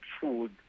food